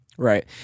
Right